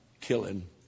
killing